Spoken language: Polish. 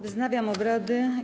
Wznawiam obrady.